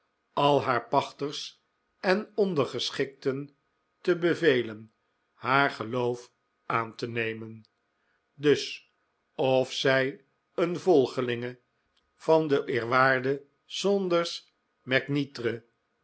al haar pachters en ondergeschikten te bevelen haar geloof aan te nemen dus of zij een volgelinge van den eerwaarden